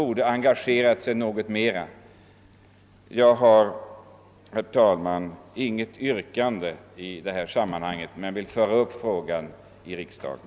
Herr talman! Jag har inget yrkande då första kammaren icke tagit upp frågan till votering, men jag har allvarligt velat taga upp frågan i riksdagen.